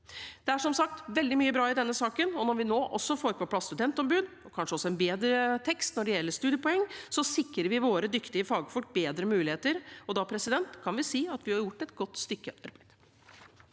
Det er som sagt veldig mye bra i denne saken. Når vi nå også får på plass et studentombud og kanskje en bedre tekst når det gjelder studiepoeng, sikrer vi våre dyktige fagfolk bedre muligheter, og da kan vi si at vi har gjort et godt stykke arbeid.